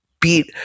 beat